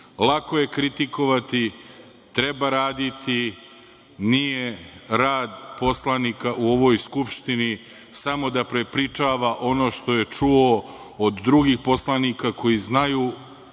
Lako je kritikovati, treba raditi, nije rad poslanika u ovoj Skupštini samo da prepričava ono što je čuo od drugih poslanika koji znaju